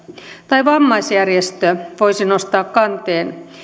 tai vammaisjärjestö voisi nostaa kanteen